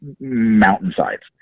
mountainsides